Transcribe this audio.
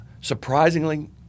surprisingly